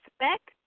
expect